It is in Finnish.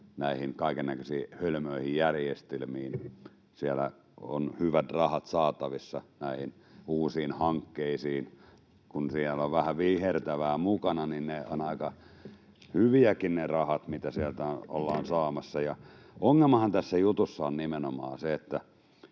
näihin kaikennäköisiin hölmöihin järjestelmiin. Siellä on hyvät rahat saatavissa näihin uusiin hankkeisiin. Kun siellä on vähän vihertävää mukana, niin ovat aika hyviäkin ne rahat, mitä sieltä ollaan saamassa. Ongelmahan tässä jutussa on nimenomaan se —